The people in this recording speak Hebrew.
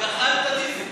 גח"לטניזם.